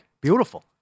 Beautiful